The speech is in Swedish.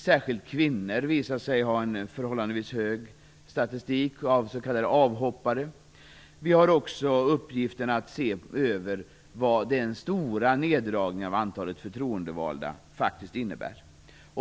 Särskilt kvinnor visar sig ha en förhållandevis hög siffra i statistik över s.k. avhoppare. Det finns också en uppgift i att se över vad den stora neddragningen av antalet förtroendevalda faktiskt innebär.